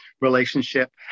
relationship